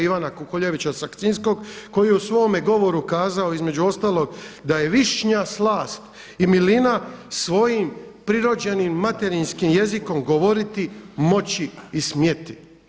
Ivana Kukuljevića Sakcinskog koji je u svome govoru kazao između ostalog da je višnja slast i milina prirođenim materinski jezikom govoriti moći i smjeti.